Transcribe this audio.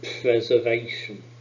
preservation